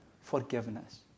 forgiveness